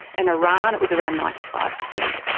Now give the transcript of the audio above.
in iran it was around ninety five percent.